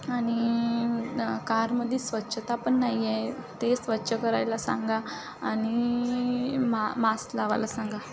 आणि कारमध्ये स्वछता पण नाही आहे ते स्वछ करायला सांगा आणि मा मास्क लावायला सांगा